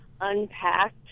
unpacked